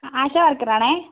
ASHA വർക്കറാണേ